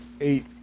eight